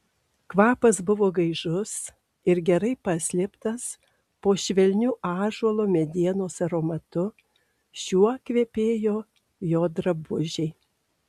kvapas buvo gaižus ir gerai paslėptas po švelniu ąžuolo medienos aromatu šiuo kvepėjo jo drabužiai